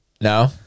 No